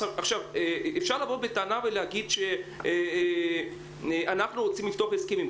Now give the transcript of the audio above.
אפשר לבוא בטענה ולהגיד שאנחנו רוצים לפתוח הסכמים.